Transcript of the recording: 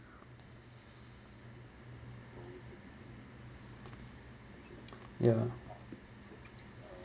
ya